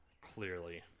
clearly